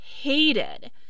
hated